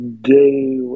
day